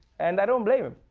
and i don't blame him,